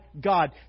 God